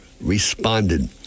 responded